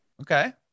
Okay